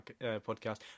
podcast